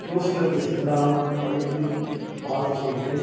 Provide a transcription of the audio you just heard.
டூஷனுக்கு செல்லாமல் படித்து பாஸ் செய்து